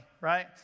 right